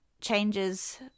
changes